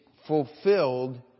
fulfilled